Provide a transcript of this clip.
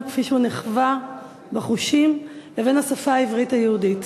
כפי שהוא נחווה בחושים לבין השפה העברית היהודית,